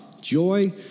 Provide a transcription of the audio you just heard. joy